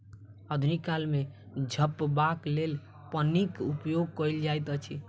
आधुनिक काल मे झपबाक लेल पन्नीक उपयोग कयल जाइत अछि